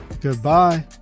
goodbye